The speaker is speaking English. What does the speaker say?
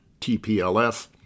TPLF